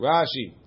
Rashi